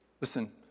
Listen